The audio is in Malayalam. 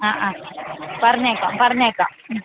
ആ ആ പറഞ്ഞേക്കാം പറഞ്ഞേക്കാം ഉം